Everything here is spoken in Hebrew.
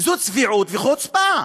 זו צביעות וחוצפה.